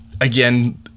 Again